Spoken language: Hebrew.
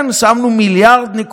כן, שמנו 1.3 מיליארד,